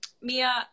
Mia